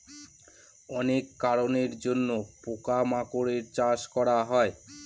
অনেক কারনের জন্য পোকা মাকড়ের চাষ করা হয়